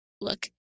look